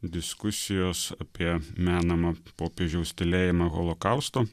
diskusijos apie menamą popiežiaus tylėjimą holokausto